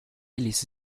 ließe